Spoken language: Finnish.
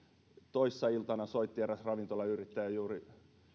toissa iltana soitti eräs ravintolayrittäjä juuri